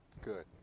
Good